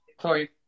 sorry